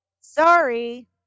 sorry